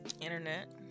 internet